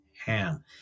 ham